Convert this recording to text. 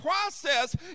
process